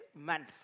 month